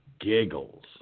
giggles